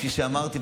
כפי שאמרתי,